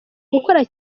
gukora